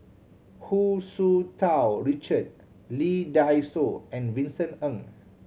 Hu Tsu Tau Richard Lee Dai Soh and Vincent Ng